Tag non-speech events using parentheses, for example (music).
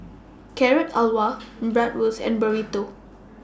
(noise) Carrot Halwa (noise) Bratwurst and Burrito